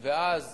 ואז,